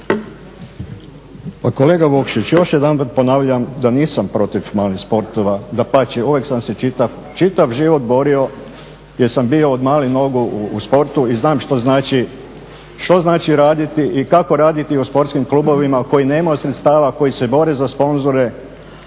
kolega Vukšić, još jedanput ponavljam da nisam protiv malih sportova. Dapače, uvijek sam se čitav život borio jer sam bio od malih nogu u sportu i znam što znači raditi i kako raditi u sportskim klubovima koji nemaju sredstava, koji se bore za sponzore.